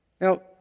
Now